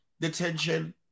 detention